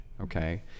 okay